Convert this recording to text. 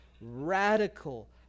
radical